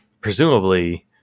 presumably